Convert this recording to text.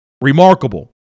remarkable